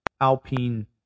Alpine